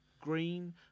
green